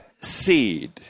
seed